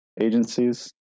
agencies